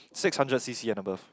six hundred C_C and above